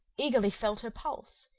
eagerly felt her pulse.